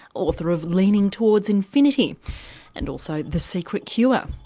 author of leaning towards infinity and also the secret cure.